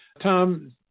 Tom